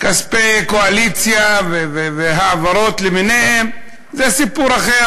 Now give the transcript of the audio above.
כספי קואליציה והעברות למיניהן זה סיפור אחר.